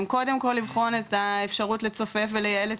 הם קודם כל לבחון את האפשרות לצופף וליעל את